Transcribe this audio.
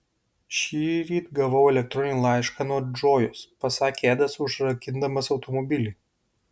šįryt gavau elektroninį laišką nuo džojos pasakė edas užrakindamas automobilį